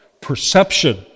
perception